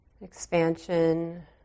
Expansion